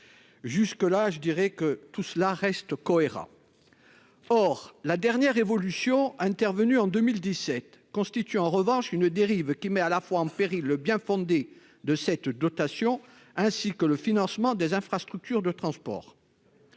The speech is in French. jusque-là, je dirais que tout cela reste cohérent, or la dernière évolution intervenue en 2017 constitue en revanche une dérive qui met à la fois en péril le bien-fondé de cette dotation, ainsi que le financement des infrastructures de transport.